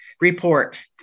report